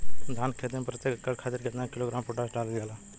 धान क खेती में प्रत्येक एकड़ खातिर कितना किलोग्राम पोटाश डालल जाला?